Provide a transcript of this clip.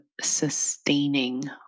sustaining